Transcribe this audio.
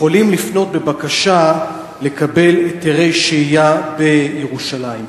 יכולים לפנות בבקשה לקבל היתרי שהייה בירושלים.